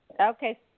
Okay